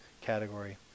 category